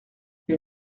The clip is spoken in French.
les